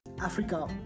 Africa